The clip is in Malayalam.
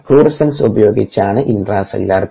ഫ്ലൂറസെൻസ് ഉപയോഗിച്ചാണ് ഇൻട്രാസെല്ലുലാർ പി